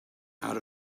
out